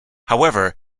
however